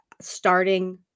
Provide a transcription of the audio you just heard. starting